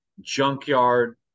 junkyard